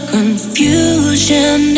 Confusion